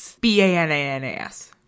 B-A-N-A-N-A-S